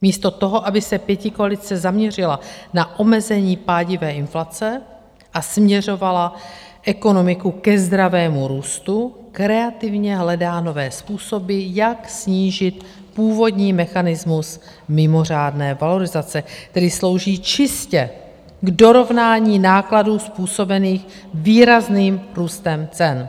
Místo toho, aby se pětikoalice zaměřila na omezení pádivé inflace a směřovala ekonomiku ke zdravému růstu, kreativně hledá nové způsoby, jak snížit původní mechanismus mimořádné valorizace, který slouží čistě k dorovnání nákladů způsobených výrazným růstem cen.